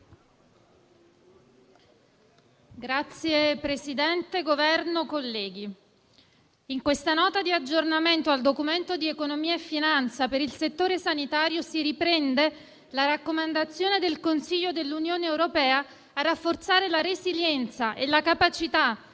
Governo, onorevoli colleghi, in questa Nota di aggiornamento del documento di economia e finanza per il settore sanitario si riprende la raccomandazione del Consiglio dell'Unione europea a rafforzare la resilienza e la capacità